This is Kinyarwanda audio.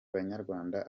banyarwanda